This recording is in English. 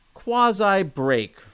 quasi-break